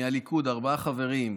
הליכוד, ארבעה חברים: